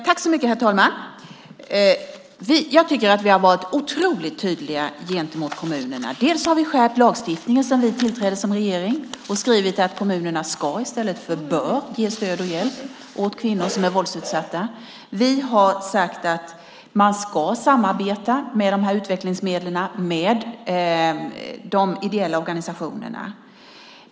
Herr talman! Jag tycker att vi har varit otroligt tydliga mot kommunerna. Dels har vi skärpt lagstiftningen sedan vi tillträde som regering och skrivit att kommunerna "ska" i stället för "bör" ge stöd och hjälp till kvinnor som är våldsutsatta, dels har vi sagt att man med de här utvecklingsmedlen ska samarbeta med de ideella organisationerna.